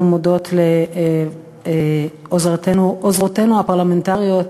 אנחנו מודות לעוזרותינו הפרלמנטריות,